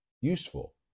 useful